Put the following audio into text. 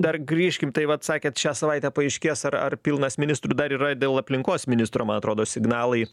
dar grįžkim tai vat sakėt šią savaitę paaiškės ar ar pilnas ministrų dar yra ir dėl aplinkos ministro man atrodo signalai